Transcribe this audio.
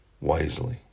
wisely